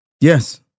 Yes